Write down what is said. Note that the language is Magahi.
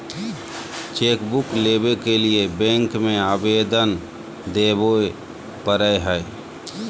चेकबुक लेबे के लिए बैंक में अबेदन देबे परेय हइ